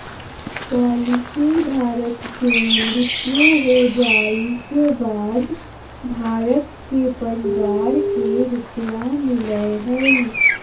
policy धारक के मृत्यु हो जाइ के बाद धारक के परिवार के रुपया मिलेय हइ